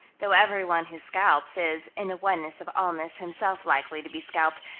though everyone who scalps is, in the oneness of allness, himself likely to be scalped,